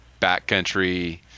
backcountry